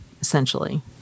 essentially